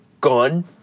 gun